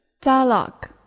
Dialogue